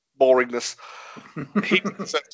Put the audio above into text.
boringness